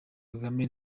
kagame